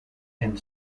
and